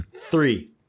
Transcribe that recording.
Three